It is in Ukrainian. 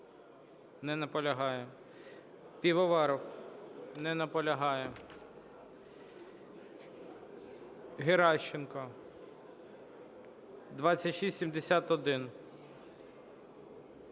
Не наполягає. Пивоваров. Не наполягає. Геращенко. 2671.